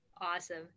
Awesome